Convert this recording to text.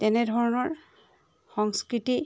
তেনেধৰণৰ সংস্কৃতি